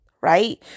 right